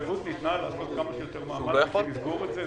ההתחייבות ניתנה לעשות כמה שיותר מאמץ כדי לסגור את זה,